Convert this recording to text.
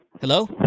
Hello